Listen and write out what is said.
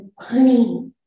honey